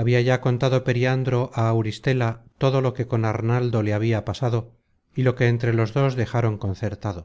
habia ya contado periandro á auristela todo lo que con arnaldo le habia pasado y lo que entre los dos dejaron concertado